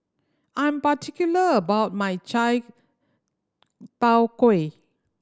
I'm particular about my chai tow kway